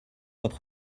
votre